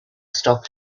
stop